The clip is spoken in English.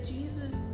Jesus